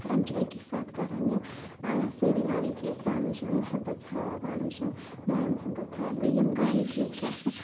تم چھِ اَکی ساتہٕ کران یہِ سٲری گامٕکۍ لوٗکھ پانہٕ ؤنۍ چھ یِم محبت تھاوان پانہٕ ؤنۍ چھ یِم ماے محبت تھاوان بیٚیہِ یِم گامٕکۍ لوٗکھ چھِ آسان